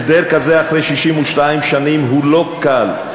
הסדר כזה אחרי 62 שנים הוא לא קל,